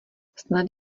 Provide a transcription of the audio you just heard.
snad